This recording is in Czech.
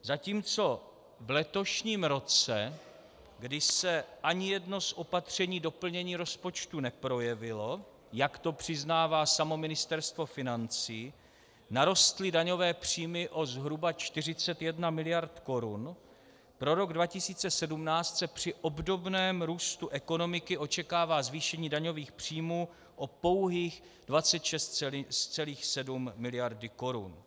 Zatímco v letošním roce, kdy se ani jedno z opatření do plnění rozpočtu neprojevilo, jak to přiznává samo Ministerstvo financí, narostly daňové příjmy o zhruba 41 miliard korun, pro rok 2017 se při obdobném růstu ekonomiky očekává zvýšení daňových příjmů o pouhých 26,7 miliardy korun.